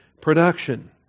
production